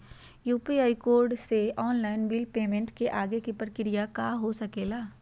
UPI code से online bill payment के आगे के प्रक्रिया का हो सके ला?